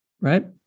right